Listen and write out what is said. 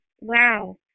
wow